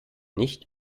nicht